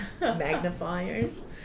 magnifiers